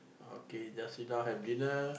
okay just sit down have dinner